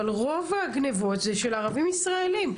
אבל רוב הגניבות זה של ערבים ישראלים.